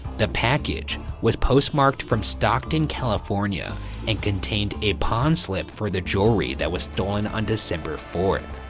the package was postmarked from stockton, california and contained a pawn slip for the jewelry that was stolen on december fourth.